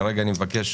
כרגע אני מבקש